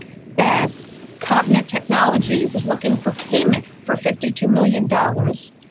that cognito technology was looking for payment for fifty two million dollars.